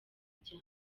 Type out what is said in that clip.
kujya